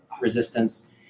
resistance